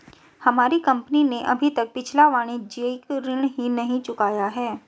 हमारी कंपनी ने अभी तक पिछला वाणिज्यिक ऋण ही नहीं चुकाया है